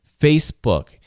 Facebook